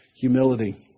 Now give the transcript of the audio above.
humility